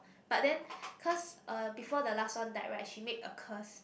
but then cause uh before the last one died right she made a curse